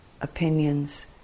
opinions